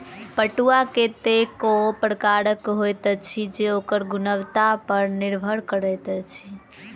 पटुआ कतेको प्रकारक होइत अछि जे ओकर गुणवत्ता पर निर्भर करैत अछि